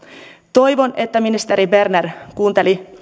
toivon että ministeri berner kuunteli